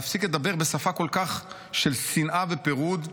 להפסיק לדבר בשפה כל כך של שנאה ופירוד,